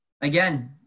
again